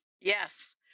Yes